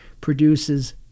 produces